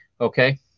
Okay